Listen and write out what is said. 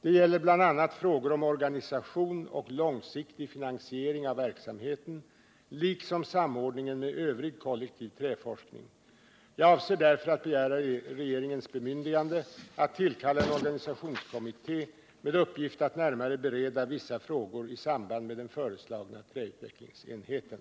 Det gäller bl.a. frågor om organisation och långsiktig finansiering av verksamheten, liksom samordningen med övrig kollektiv träforskning. Jag avser därför att begära regeringens bemyndigande att tillkalla en organisationskommitté med uppgift att närmare bereda vissa frågor i samband med den föreslagna träutvecklingsenheten.